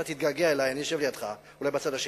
אתה תתגעגע אלי, אני יושב לידך, אולי בצד השני,